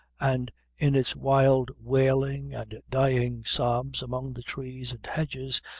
and in its wild wailing and dying sobs among the trees and hedges,